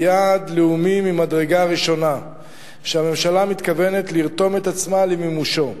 יעד לאומי ממדרגה ראשונה שהממשלה מתכוונת לרתום את עצמה למימושו.